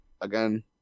Again